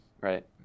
Right